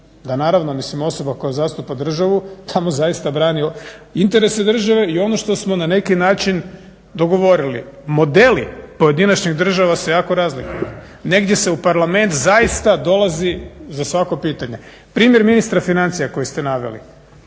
da naravno mislim osoba koja zastupa državu tamo zaista brani interese države i ono što smo na neki način dogovorili. Modeli pojedinačnih država se jako razlikuju. Negdje se u parlament zaista dolazi za svako pitanje. Primjer ministra financija koji ste naveli.